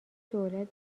دولت